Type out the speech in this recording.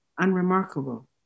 unremarkable